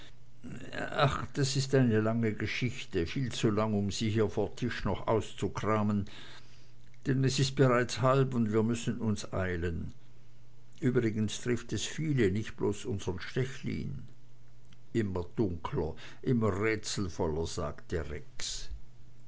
das ist eine lange geschichte viel zu lang um sie hier vor tisch noch auszukramen denn es ist bereits halb und wir müssen uns eilen übrigens trifft es viele nicht bloß unsern stechlin immer dunkler immer rätselvoller sagte rex